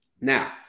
Now